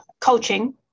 coaching